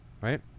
right